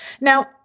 Now